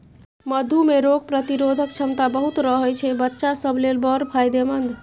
मधु मे रोग प्रतिरोधक क्षमता बहुत रहय छै बच्चा सब लेल बड़ फायदेमंद